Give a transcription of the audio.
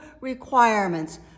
requirements